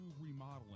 Remodeling